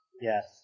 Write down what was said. Yes